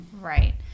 Right